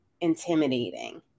intimidating